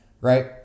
right